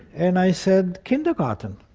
and i said, kindergarten.